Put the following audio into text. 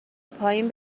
پایین